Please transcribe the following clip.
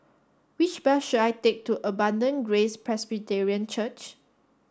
which bus should I take to Abundant Grace Presbyterian Church